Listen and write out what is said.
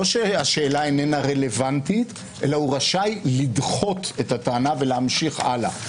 לא שהשאלה איננה רלוונטית אלא הוא רשאי לדחות את הטענה ולהמשיך הלאה.